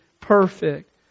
perfect